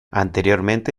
anteriormente